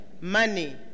money